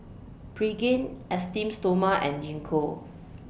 Pregain Esteem Stoma and Gingko